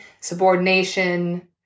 subordination